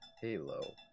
Halo